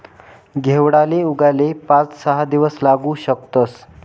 घेवडाले उगाले पाच सहा दिवस लागू शकतस